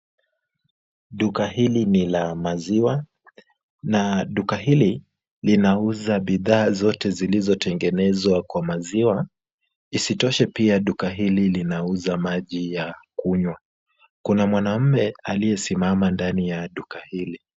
Duka hili ni la maziwa na duka hili linauza bidhaa zote zilizotengenezwa kwa maziwa, Isitoshe pia duka hili linauza maji ya kunywa. Kuna mwanamume aliyesimama ndani ya duka hili.